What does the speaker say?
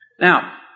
Now